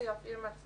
אז נחכה לו.